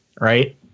right